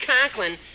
Conklin